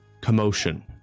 commotion